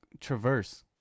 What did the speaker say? traverse